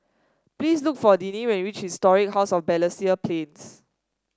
please look for Deane when you reach Historic House of Balestier Plains